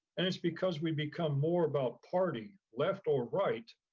and it's because we become more about party, left or right,